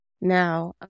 now